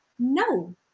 No